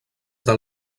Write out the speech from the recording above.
del